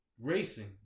racing